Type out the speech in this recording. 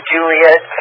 Juliet